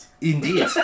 Indeed